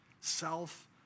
Self